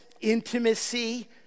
intimacy